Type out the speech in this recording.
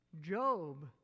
Job